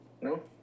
no